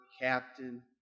captain